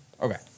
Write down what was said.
Okay